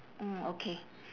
mm okay